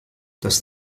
das